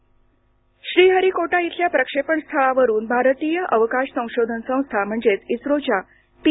इस्रो प्रक्षेपण श्रीहरीकोटा इथल्या प्रक्षेपण स्थळावरून भारतीय अवकाश संशोधन संस्थेच्या म्हणजेच इस्रोच्या पी